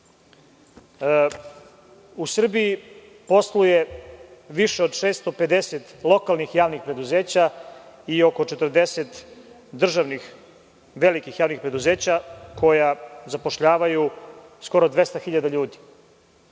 Srbiji posluje više od 650 lokalnih javnih preduzeća i oko 40 državnih velikih javnih preduzeća koja zapošljavaju skoro 200.000 ljudi.